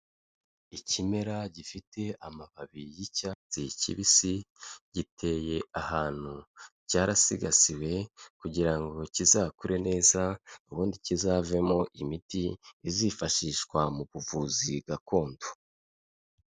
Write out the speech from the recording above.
ikimera gifite amababi y'icyatsi kibisi, giteye ahantu, cyarasigasiwe kugira kizakure neza, ubundi kizavemo imiti izifashishwa mu buvuzi gakondo.